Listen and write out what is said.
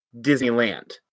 Disneyland